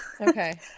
Okay